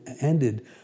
ended